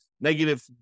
negative